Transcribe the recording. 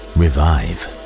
revive